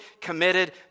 committed